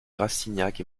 rastignac